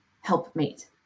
helpmate